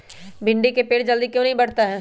भिंडी का पेड़ जल्दी क्यों नहीं बढ़ता हैं?